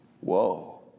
Whoa